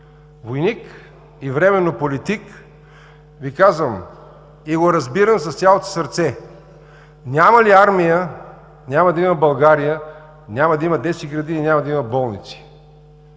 войник и временно политик, Ви казвам и го разбирам с цялото си сърце – няма ли армия, няма да има България, няма да има детски градини, няма да има болници.